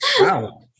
Wow